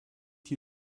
die